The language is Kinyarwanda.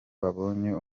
babonye